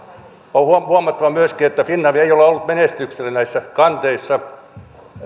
on huomattava myöskin että finavia ei ole ollut menestyksellinen näissä kanteissa ja että